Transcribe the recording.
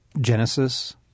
Genesis